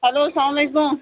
hello السلام علیکُم